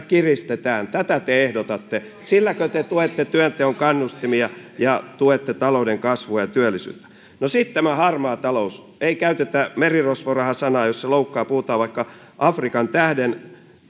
kiristetään tätä te ehdotatte silläkö te tuette työnteon kannustimia ja tuette talouden kasvua ja työllisyyttä no sitten tämä harmaa talous ei käytetä merirosvoraha sanaa jos se loukkaa puhutaan vaikka afrikan tähden